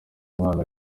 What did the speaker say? umwana